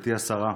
גברתי השרה,